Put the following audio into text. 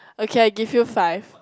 okay I give you five